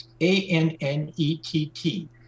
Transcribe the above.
A-N-N-E-T-T